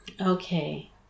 Okay